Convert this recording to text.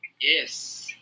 Yes